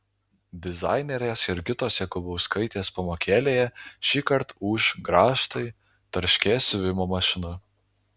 dizainerės jurgitos jakubauskaitės pamokėlėje šįkart ūš grąžtai tarškės siuvimo mašina